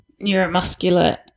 neuromuscular